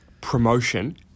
promotion